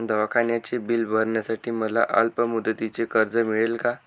दवाखान्याचे बिल भरण्यासाठी मला अल्पमुदतीचे कर्ज मिळेल का?